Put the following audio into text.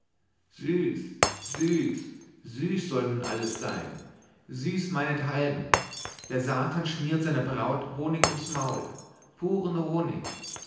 murmelte süß süß süß soll nun alles sein süß meinethalben der satan schmiert seiner braut honig ums maul puren honig